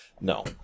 No